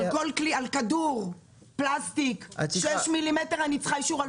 על כדור פלסטיק 6 מ"מ אני צריכה אישור,